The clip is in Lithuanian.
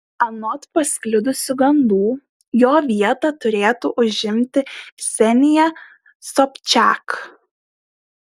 anot pasklidusių gandų jo vietą turėtų užimti ksenija sobčiak